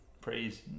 praise